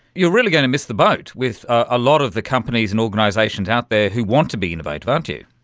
you really going to miss the boat with a lot of the companies and organisations out there who want to be innovative, aren't you.